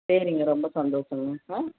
சரிங்க ரொம்ப சந்தோசங்க ஆ